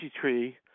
tree